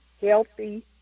healthy